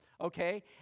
okay